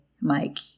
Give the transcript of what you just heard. Mike